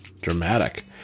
Dramatic